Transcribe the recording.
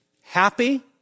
happy